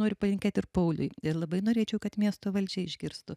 noriu palinkėt ir pauliui ir labai norėčiau kad miesto valdžia išgirstų